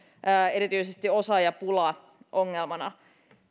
erityisesti osaajapula ongelmana